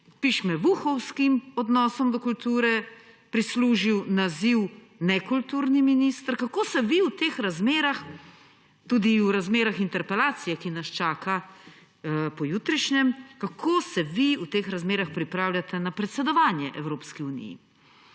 pišmevuhovskim odnosom do kulture prislužil naziv nekulturni minister. Kako se vi v teh razmerah, tudi v razmerah interpelacije, ki nas čaka pojutrišnjem, kako se vi v teh razmerah pripravljate na predsedovanje Evropski uniji?